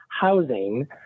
housing